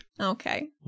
Okay